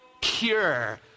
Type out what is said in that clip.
cure